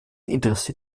interessiert